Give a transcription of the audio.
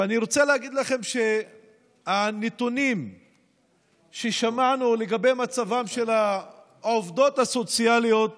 ואני רוצה להגיד לכם שהנתונים ששמענו לגבי מצבן של העובדות הסוציאליות